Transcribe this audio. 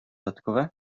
dodatkowe